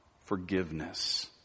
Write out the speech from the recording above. forgiveness